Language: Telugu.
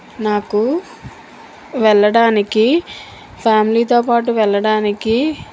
నాకు వెళ్ళడానికి ఫ్యామిలీతో పాటు వెళ్ళడానికి